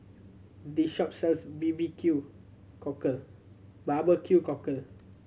this shop sells B B Q Cockle barbecue cockle